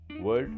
world